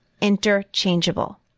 interchangeable